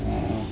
oh